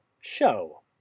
show